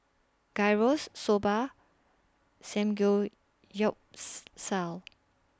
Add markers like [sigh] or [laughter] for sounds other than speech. Gyros Soba [unintelligible]